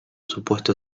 supuesto